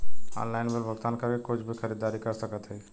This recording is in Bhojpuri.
ऑनलाइन बिल भुगतान करके कुछ भी खरीदारी कर सकत हई का?